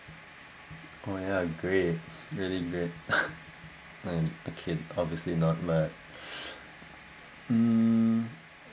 oh ya great really great um okay obviously not but um